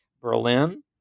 Berlin